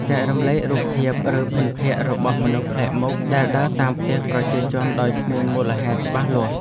ចែករំលែករូបភាពឬភិនភាគរបស់មនុស្សប្លែកមុខដែលដើរតាមផ្ទះប្រជាជនដោយគ្មានមូលហេតុច្បាស់លាស់។